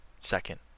second